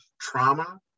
trauma